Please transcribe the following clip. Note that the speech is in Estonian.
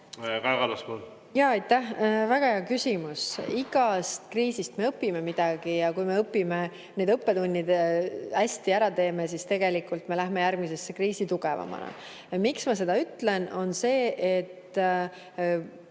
Väga hea küsimus. Igast kriisist me õpime midagi ja kui me need õppetunnid hästi ära teeme, siis tegelikult me läheme järgmisesse kriisi tugevamana. Miks ma seda ütlen, on see, et